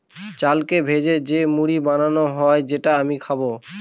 চালকে ভেজে যে মুড়ি বানানো হয় যেটা আমি খাবো